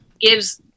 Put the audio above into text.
gives